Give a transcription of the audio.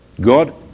God